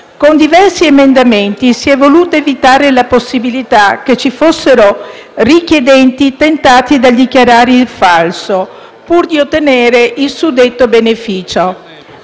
Con diversi emendamenti si è voluto evitare la possibilità che ci fossero richiedenti tentati dal dichiarare il falso pur di ottenere il suddetto beneficio,